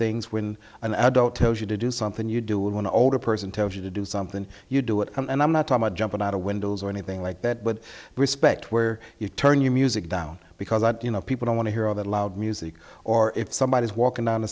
things when an adult tells you to do something you do when the older person tells you to do something you do it and i'm not i'm not jumping out of windows or anything like that but respect where you turn your music down because you know people don't want to hear all that loud music or if somebody is walking down the